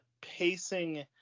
pacing